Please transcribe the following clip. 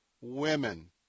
women